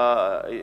של המדינה.